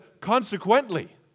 Consequently